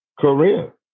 career